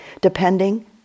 depending